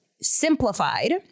simplified